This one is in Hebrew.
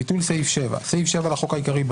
ביטול סעיף 7. "סעיף 7 לחוק העיקרי,